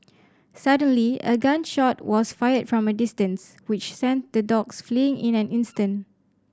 suddenly a gun shot was fired from a distance which sent the dogs fleeing in an instant